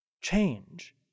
change